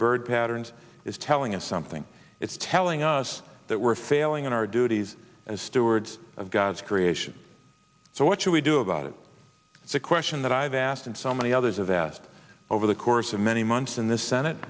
bird patterns is telling us something it's telling us that we're failing in our duties as stewards of god's creation so what should we do about it it's a question that i've asked and so many others of asked over the course of many months in the senate